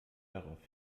darauf